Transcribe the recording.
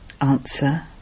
Answer